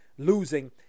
losing